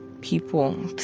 people